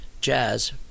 jazz